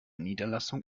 niederlassung